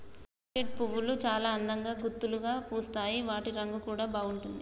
orchid పువ్వులు చాల అందంగా గుత్తులుగా పూస్తాయి వాటి రంగు కూడా బాగుంటుంది